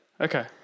Okay